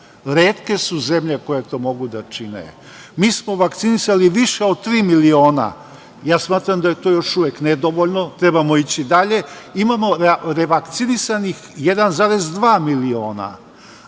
retke su zemlje koje to mogu da čine. Mi smo vakcinisali više od tri miliona. Ja smatram da je to još uvek nedovoljno. Trebamo ići dalje. Imamo revakcinisanih 1,2 miliona.